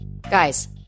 Guys